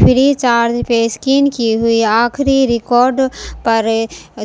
free charge پہ scan کیے ہوئے آخری ریکاڈ پر